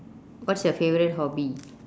what's your favourite hobby